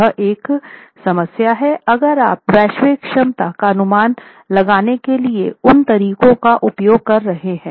यह एक समस्या है अगर आप वैश्विक क्षमता का अनुमान लगाने के लिए उन तरीकों का उपयोग कर रहे है